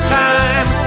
time